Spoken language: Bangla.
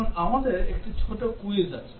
এখন আমাদের একটি ছোট কুইজ আছে